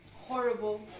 Horrible